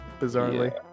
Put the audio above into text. bizarrely